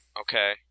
Okay